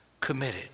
Committed